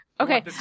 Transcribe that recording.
Okay